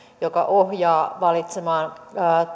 joka ohjaa valitsemaan